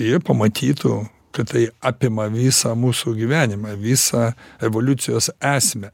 jie pamatytų kad tai apima visą mūsų gyvenimą visą evoliucijos esmę